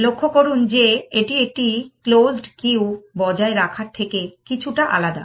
লক্ষ্য করুন যে এটি একটি ক্লোজড কিউ বজায় রাখার থেকে কিছুটা আলাদা